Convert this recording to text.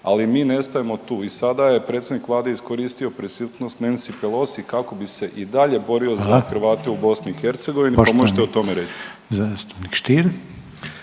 ali mi ne stajemo tu. I sada je predsjednik vlade iskoristio prisutnost Nancy Pelosi kako bi se i dalje borio …/Upadica Reiner: